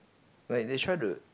like they try to